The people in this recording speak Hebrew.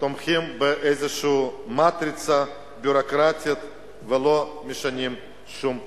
תומכים באיזו מטריצה ביורוקרטית ולא משנים שום דבר.